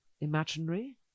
imaginary